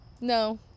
No